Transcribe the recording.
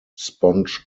sponge